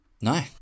no